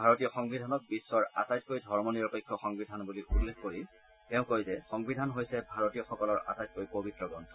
ভাৰতীয় সংবিধানক বিশ্বৰ আটাইতকৈ ধৰ্ম নিৰপেক্ষ সংবিধান বুলি উল্লেখ কৰি তেওঁ কয় যে সংবিধান হৈছে ভাৰতীয়সকলৰ আটাইতকৈ পবিত্ৰ গ্ৰন্থ